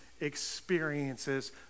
experiences